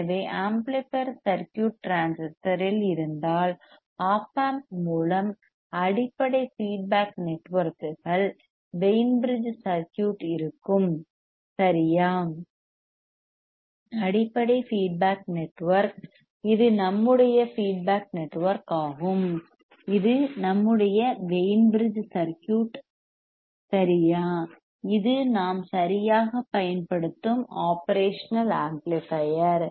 எனவே amplifier circuit டிரான்சிஸ்டரில் இருந்தால் ஒப் ஆம்ப் மூலம் அடிப்படை ஃபீட்பேக் நெட்வொர்க்குகள் வெய்ன் பிரிட்ஜ் சர்க்யூட் இருக்கும் சரியா அடிப்படை ஃபீட்பேக் நெட்வொர்க் இது நம்முடைய ஃபீட்பேக் நெட்வொர்க் ஆகும் இது நம்முடைய வெய்ன் பிரிட்ஜ் சர்க்யூட் சரியா இது நாம் சரியாகப் பயன்படுத்தும் ஒப்ரேஷனல் ஆம்ப்ளிபையர்